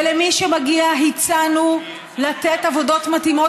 ולמי שמגיע הצענו לתת עבודות מתאימות